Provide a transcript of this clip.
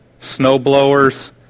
snowblowers